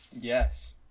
Yes